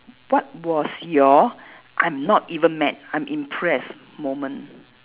what was your I'm not even mad I'm impressed moment